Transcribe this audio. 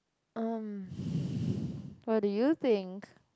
um what do you think